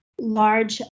large